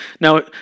Now